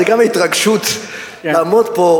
זה גם ההתרגשות לעמוד פה,